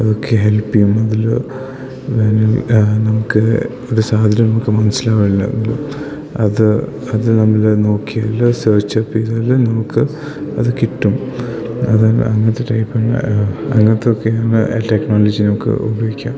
അതൊക്കെ ഹെൽപ്പ് ചെയ്യും അതിൽ നമുക്ക് ഒരു സാഹചര്യം നമുക്ക് മനസ്സിലാവില്ല അത് അത് നമ്മൾ നോക്കി അല്ല സെർച്ച് ചെയ്താൽ നമുക്ക് അത് കിട്ടും അത് അങ്ങനത്തെ ടൈപ്പ് അങ്ങനത്തെ ഒക്കെയാണ് ടെക്നോളജി നമുക്ക് ഉപയോഗിക്കാം